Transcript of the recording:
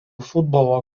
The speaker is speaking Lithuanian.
futbolo